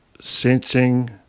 sensing